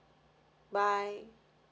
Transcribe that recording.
bye